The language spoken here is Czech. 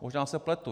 Možná se pletu.